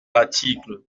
l’article